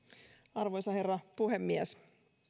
arvoisa herra puhemies